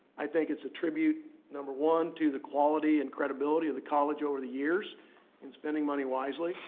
i think it's a tribute, number one, to the quality and credibility of the college over the years in spending money wisely.